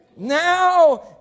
Now